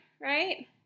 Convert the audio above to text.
right